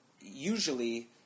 usually